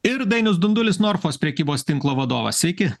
ir dainius dundulis norfos prekybos tinklo vadovas iki